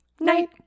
night